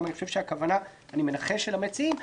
ואני מנחש שזו גם הכוונה של המציעים,